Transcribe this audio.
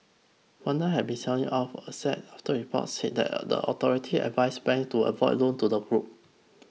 Wanda have been selling off assets after reports said that the authorities advised banks to avoid loans to the group